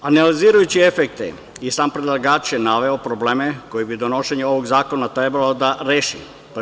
Analizirajući efekte i sam predlagač je naveo probleme koje bi donošenje ovog zakona trebalo da reši.